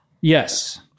Yes